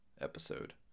episode